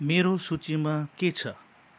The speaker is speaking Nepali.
मेरो सूचीमा के छ